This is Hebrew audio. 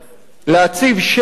להציב שלט